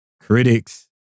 critics